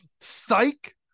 psych